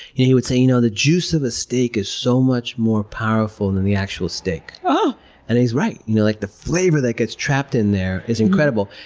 he would say, you know the juice of a steak is so much more powerful and than the actual steak. but and he's right! you know like the flavor that gets trapped in there is incredible,